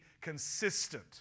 consistent